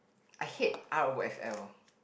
I hate r_o_f_l